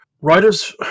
writers